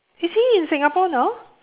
is he in Singapore now